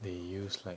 they use like